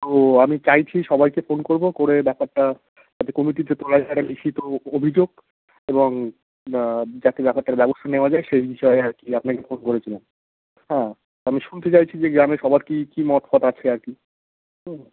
তো আমি চাইছি সবাইকে ফোন করবো করে ব্যাপারটা যাতে কমিটিতে তোলা ছাড়া একটা লিখিত অভিযোগ এবং যাতে ব্যাপারটার ব্যবস্থা নেওয়া যায় সেই বিষয়ে আর কি আপনাকে ফোন করেছিলাম হ্যাঁ কারণ শুনতে চাইছি যে গ্রামের সবার কী কী মত ফত আছে আর কি হুম